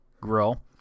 grill